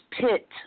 pit